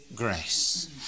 grace